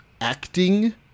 acting